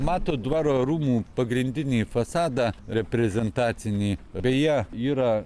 matot dvaro rūmų pagrindinį fasadą reprezentacinį beje yra